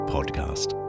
Podcast